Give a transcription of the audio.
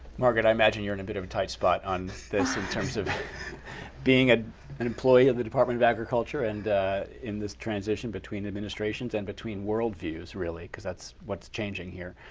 margaret, i imagine you're in a bit of a tight spot on this in terms of being ah an employee of the department of agriculture and in this transition between administrations and between worldviews, really, because that's what's changing here.